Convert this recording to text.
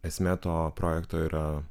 esmė to projekto yra